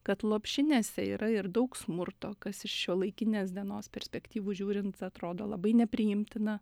kad lopšinėse yra ir daug smurto kas iš šiuolaikinės dienos perspektyvų žiūrint atrodo labai nepriimtina